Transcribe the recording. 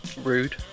Rude